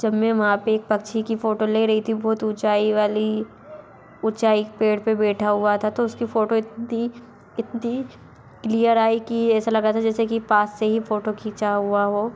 जब मैं वहाँ पे एक पक्षी की फोटो ले रही थी बहुत उँचाई वाली ऊँचाई पेड़ पे बेठा हुआ था तो उसकी फोटो इतनी इतनी क्लियर आए की ऐसा लग रहा था जैसे कि पास से ही फोटो खींचा हुआ हो